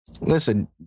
Listen